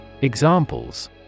Examples